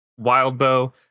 Wildbow